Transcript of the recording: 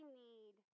need